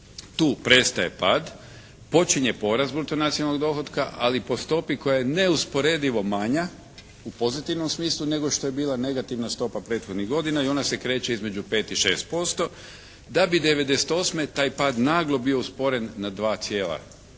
tu prestaje pad, počinje porast bruto nacionalnog dohotka ali po stopi koja je neusporedivo manja u pozitivnom smislu nego što je bila negativna stopa prethodnih godina i ona se kreće između 5 i 6% da bi 98. taj pad naglo bio usporen na 2,5%